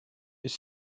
ist